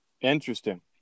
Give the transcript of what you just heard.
Interesting